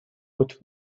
would